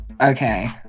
Okay